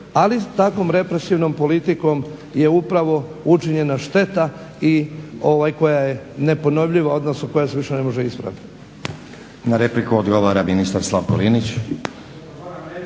ali s takvom represivnom politikom je upravo učinjena šteta koja je neponovljiva, odnosno koja se više ne može ispraviti. **Stazić, Nenad (SDP)** Na repliku odgovara ministar Slavko Linić.